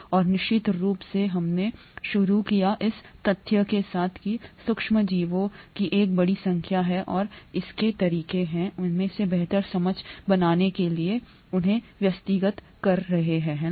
और निश्चित रूप से हमने शुरू किया इस तथ्य के साथ कि सूक्ष्मजीवों की एक बड़ी संख्या है और इसके तरीके हैं उनमें से बेहतर समझ बनाने के लिए उन्हें व्यवस्थित करें है ना